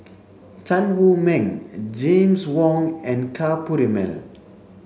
Tan Wu Meng James Wong and Ka Perumal